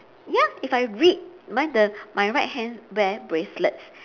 ya if I read mine the my right hand wear bracelet